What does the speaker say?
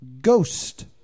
Ghost